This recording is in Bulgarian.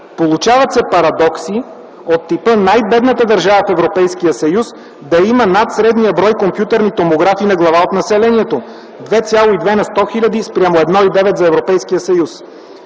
Получават се парадокси от типа най-бедната държава в Европейския съюз да има над средния брой компютърни томографи на глава от населението - 2,2 на 100 хиляди, спрямо 1,9 за